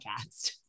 podcast